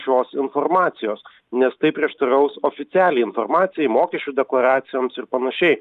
šios informacijos nes tai prieštaraus oficialiai informacijai mokesčių deklaracijoms ir panašiai